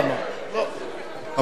אדוני,